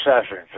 sessions